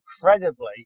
incredibly